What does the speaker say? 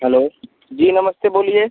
hello जी नमस्ते बोलिए